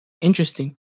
interesting